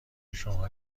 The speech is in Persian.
شما